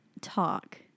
talk